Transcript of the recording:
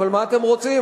אבל מה אתם רוצים?